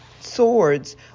swords